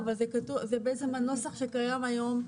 בעצם הנוסח שקיים היום.